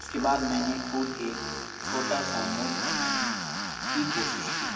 اس کے بعد میں نے خود ایک چھوٹا سا موڈ بنانے کی کوشش کی